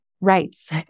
rights